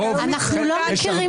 לא רק שהם בודקים,